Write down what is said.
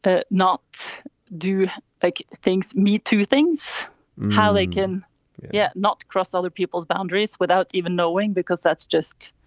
ah not do like things. me two things how they can yeah not cross other people's boundaries without even knowing because that's just.